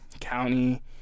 county